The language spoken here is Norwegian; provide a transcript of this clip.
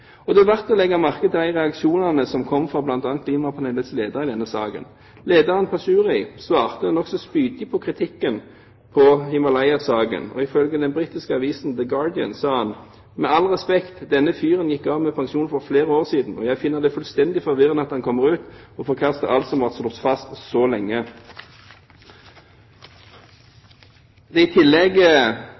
Det er verdt å legge merke til de reaksjonene som kom fra bl.a. klimapanelets leder i denne saken. Lederen, Pachauri, svarte nokså spydig på kritikken i Himalaya-saken, og ifølge den britiske avisen The Guardian sa han: Med all respekt, denne fyren gikk av med pensjon for flere år siden, og jeg finner det fullstendig forvirrende at han kommer ut og forkaster alt som har vært slått fast så lenge. Det er i tillegg